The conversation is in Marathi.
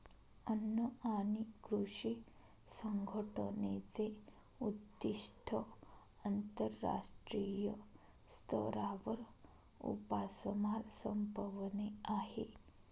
अन्न आणि कृषी संघटनेचे उद्दिष्ट आंतरराष्ट्रीय स्तरावर उपासमार संपवणे आहे